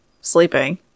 sleeping